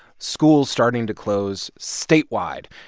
schools starting to close statewide.